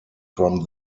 from